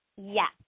Yes